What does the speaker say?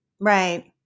Right